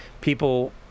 people